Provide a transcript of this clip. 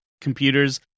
computers